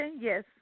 yes